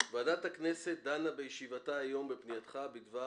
"ועדת הכנסת דנה בישיבתה היום בפנייתך בדבר